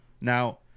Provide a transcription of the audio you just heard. now